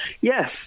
Yes